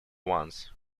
ones